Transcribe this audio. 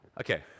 Okay